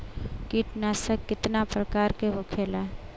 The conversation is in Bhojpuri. कीटनाशक कितना प्रकार के होखेला?